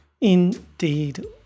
Indeed